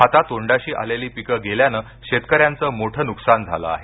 हातातोंडाशी आलेली पिक गेल्यान शेतकऱ्यांच मोठ नुकसान झालं आहे